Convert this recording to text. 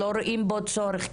האם אתם לא רואים בו צורך?